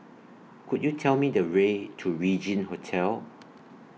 Could YOU Tell Me The Way to Regin Hotel